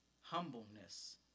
humbleness